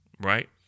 right